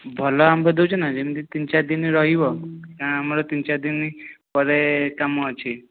ଭଲ ଆମ୍ବ ଦେଉଛନା ଯେମିତି ତିନି ଚାରିଦିନି ରହିବ କାରଣ ଆମର ତିନି ଚାରିଦିନି ପରେ କାମ ଅଛି